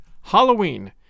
Halloween